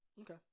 Okay